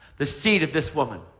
the seed of this woman